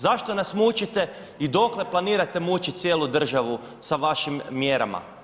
Zašto nas mučite i dokle planirate mučiti cijelu državu sa vašim mjerama?